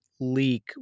leak